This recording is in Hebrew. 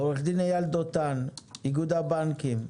עו"ד אייל דותן, איגוד הבנקים.